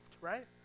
right